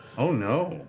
oh no,